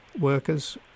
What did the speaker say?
workers